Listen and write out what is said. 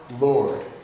Lord